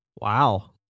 Wow